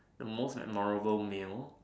the most memorable meal